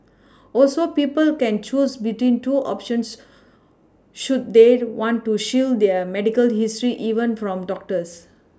also people can choose between two options should they want to shield their medical history even from doctors